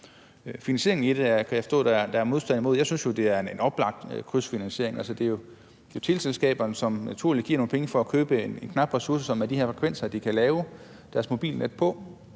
Finansieringen af det kan jeg forstå at der er en modstand imod. Jeg synes jo, det er en oplagt krydsfinansiering. Det er jo teleselskaberne, som naturligt giver nogle penge for at købe en knap ressource, som er de her frekvenser, de kan lave deres mobilnet på.